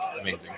amazing